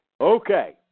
Okay